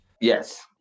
Yes